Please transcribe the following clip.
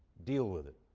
deal with it,